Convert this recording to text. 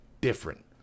different